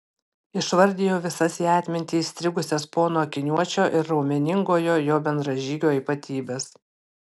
išvardijau visas į atmintį įstrigusias pono akiniuočio ir raumeningojo jo bendražygio ypatybes